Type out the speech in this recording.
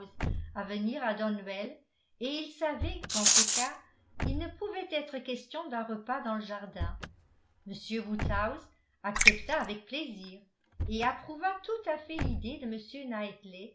à venir à donwell et il savait qu'en ce cas il ne pouvait être question d'un repas dans le jardin m woodhouse accepta avec plaisir et approuva tout à fait l'idée de